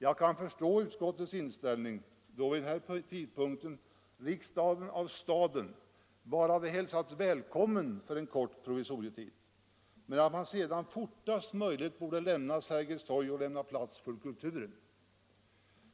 Jag kan förstå utskottets inställning, då vid den tidpunkten riksdagen av staden bara hade hälsats välkommen för en kort provisorietid och sedan fortast möjligt borde lämna Sergels torg och ge plats för kulturen.